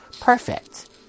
perfect